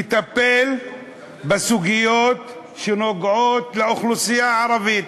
תטפל בסוגיות שנוגעות לאוכלוסייה הערבית,